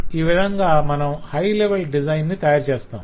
ఈ విధంగా మనం హై లెవెల్ డిజైన్ ను తయారుచేస్తాం